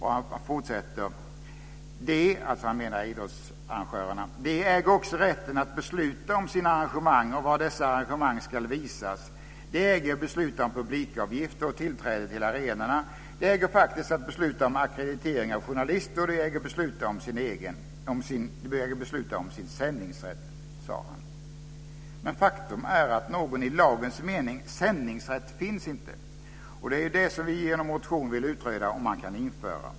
Han sade vidare om idrottsarrangörerna: "De äger också rätten att besluta om sina arrangemang och var dessa arrangemang skall visas. De äger att besluta om publikavgifter och tillträde till arenorna. De äger faktiskt att besluta om ackreditering av journalister, och de äger att besluta om sin sändningsrätt." Men faktum är att någon "sändningsrätt" i lagens mening finns inte. Det är det som vi genom vår motion vill utreda om man kan införa.